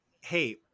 Hey